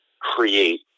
create